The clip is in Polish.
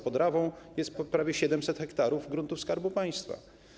Pod Rawą jest prawie 700 ha gruntów Skarbu Państwa.